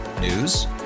News